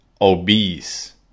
obese